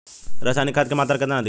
रसायनिक खाद के मात्रा केतना दी?